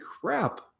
crap